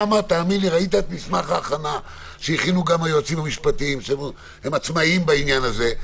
ראית את מסמך ההכנה שהכינו היועצים המשפטיים שהם עצמאיים בעניין הזה.